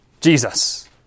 Jesus